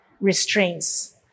restraints